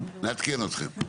נעדכן אתכם.